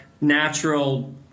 natural